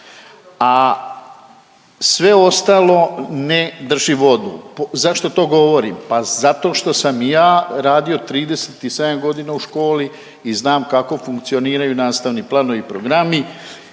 a sve ostalo ne drži vodu. Zašto to govorim? Pa zato što sam ja radio 37 godina u školi i znam kako funkcioniraju nastavni planovi i programi